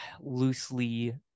loosely